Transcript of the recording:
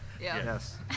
Yes